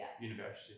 University